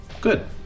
Good